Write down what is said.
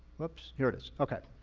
here it is. okay.